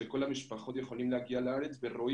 שכל המשפחות יוכלו להגיע לארץ ויראו